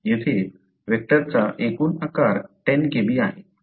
येथे व्हेक्टरचा एकूण आकार 10 Kb आहे